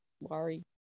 worry